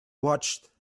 watched